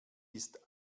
ist